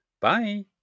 bye